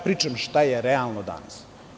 Pričam šta je realno danas.